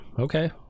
okay